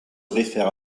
réfère